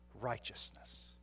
righteousness